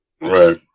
right